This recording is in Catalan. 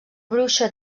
bruixa